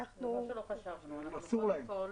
אסור להם.